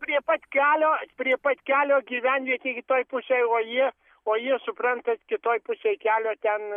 prie pat kelio prie pat kelio gyvenvietėj kitoj pusėj o jie o jie suprantat kitoj pusėj kelio ten